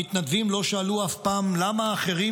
המתנדבים לא שאלו אף פעם למה האחרים